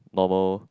normal